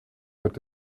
mit